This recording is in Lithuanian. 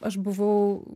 aš buvau